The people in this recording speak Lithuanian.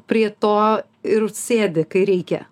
prie to ir sėdi kai reikia